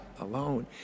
alone